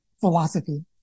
philosophy